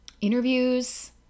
interviews